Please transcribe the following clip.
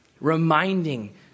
Reminding